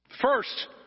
first